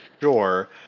sure